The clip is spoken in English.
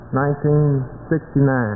1969